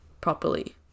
properly